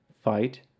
Fight